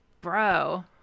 bro